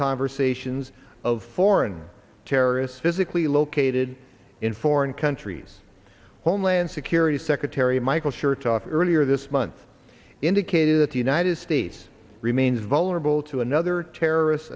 conversations of foreign terrorists physically located in foreign countries homeland security secretary michael chertoff earlier this month indicated that the united states remains vulnerable to another terrorist